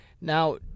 Now